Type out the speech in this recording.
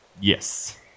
Yes